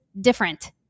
different